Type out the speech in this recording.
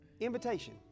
Invitation